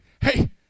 hey